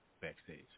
backstage